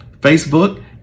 Facebook